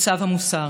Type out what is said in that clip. וצו המוסר.